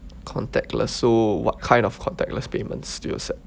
contactless so what kind of contactless payment do you accept